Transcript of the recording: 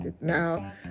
Now